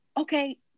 okay